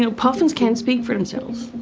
you know puffins can't speak for themselves.